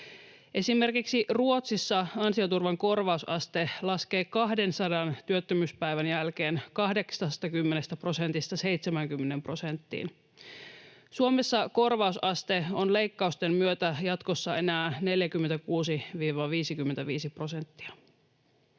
Esimerkiksi Ruotsissa ansioturvan korvausaste laskee 200 työttömyyspäivän jälkeen 80 prosentista 70 prosenttiin. Suomessa korvausaste on leikkausten myötä jatkossa enää 46—55 prosenttia.